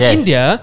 India